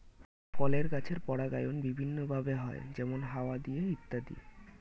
ফলের গাছের পরাগায়ন বিভিন্ন ভাবে হয়, যেমন হাওয়া দিয়ে ইত্যাদি